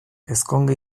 ezkonge